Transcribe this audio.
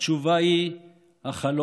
התשובה היא החלום,